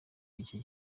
iki